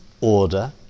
order